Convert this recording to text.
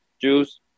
juice